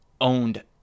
owned